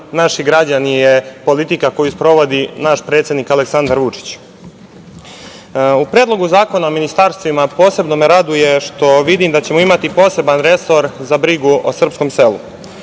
naši građani je politika koju sprovodi naš predsednik, Aleksandar Vučić.U Predlogu zakona o ministarstvima posebno me raduje što vidim da ćemo imati poseban resor za brigu o srpskom selu.